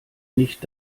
nicht